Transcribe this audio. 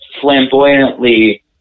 flamboyantly